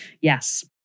yes